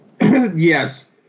Yes